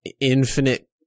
infinite